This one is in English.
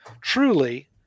truly